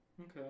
Okay